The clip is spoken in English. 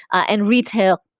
and retail,